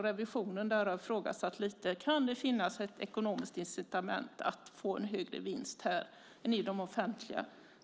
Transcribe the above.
Revisorerna har frågat sig om det kan finnas ett ekonomiskt incitament, att man vill få en högre vinst här än inom det offentliga.